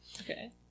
Okay